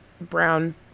brown